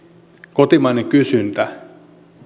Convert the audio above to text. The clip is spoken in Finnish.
kotimainen kysyntä